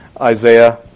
Isaiah